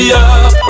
up